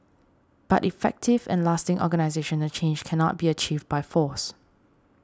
but effective and lasting organisational change cannot be achieved by force